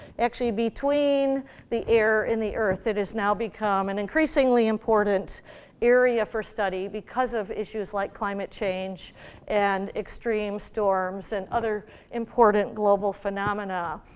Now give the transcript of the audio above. actually, between the air and the earth, it has now become an and increasingly important area for study because of issues like climate change and extreme storms and other important global phenomena.